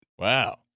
Wow